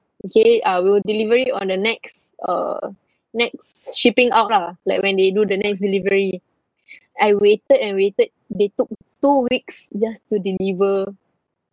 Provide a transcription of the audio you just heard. okay ah we will deliver it on the next uh next shipping out lah like when they do the next delivery I waited and waited they took two weeks just to deliver